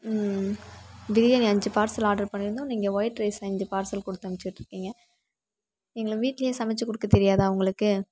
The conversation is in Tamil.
பிரியாணி அஞ்சு பார்சல் ஆடர் பண்ணியிருந்தோம் நீங்கள் ஒயிட் ரைஸ் அஞ்சு பார்சல் கொடுத்து அமுச்சு விட்ருக்கீங்க எங்களுக்கு வீட்டில் சமைச்சி கொடுக்க தெரியாதா அவங்களுக்கு